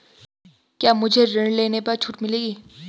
क्या मुझे ऋण लेने पर छूट मिलेगी?